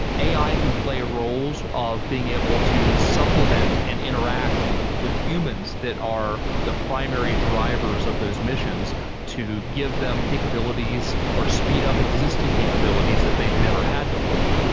ai can play roles of being able to supplement and interact with humans that are the primary drivers of those missions to give them capabilities or speed up existing capabilities that they've never had before.